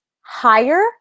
higher